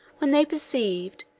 when they perceived,